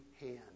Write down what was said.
hand